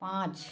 पाँच